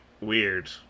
weird